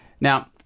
Now